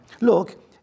look